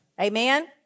Amen